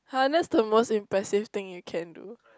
[huh] that's the most impressive thing you can do